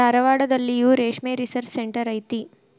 ಧಾರವಾಡದಲ್ಲಿಯೂ ರೇಶ್ಮೆ research centre ಐತಿ